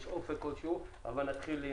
או אופק כלשהו לגביהם.